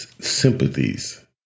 sympathies